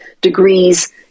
Degrees